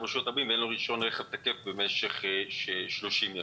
ברשות הרבים ואין לו רישיון רכב תקף במשך 30 ימים,